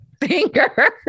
finger